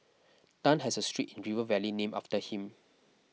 Tan has a street in River Valley named after him